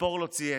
ציפור לא צייץ,